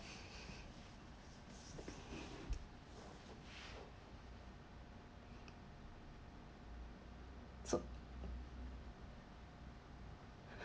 so